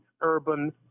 urban